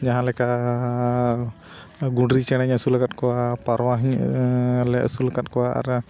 ᱡᱟᱦᱟᱸ ᱞᱮᱠᱟ ᱜᱩᱸᱰᱨᱤ ᱪᱮᱬᱮᱧ ᱟᱹᱥᱩᱞ ᱟᱠᱟᱫ ᱠᱚᱣᱟ ᱯᱟᱣᱨᱟ ᱦᱚᱧ ᱞᱮ ᱟᱹᱥᱩᱞ ᱟᱠᱟᱫ ᱠᱚᱣᱟ ᱟᱨ